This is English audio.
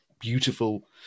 beautiful